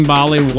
Bali